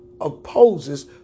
opposes